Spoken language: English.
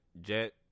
jet